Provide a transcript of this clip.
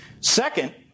Second